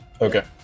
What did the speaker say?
Okay